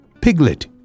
piglet